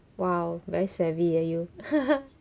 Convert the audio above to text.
!wow! very savvy eh you